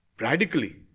radically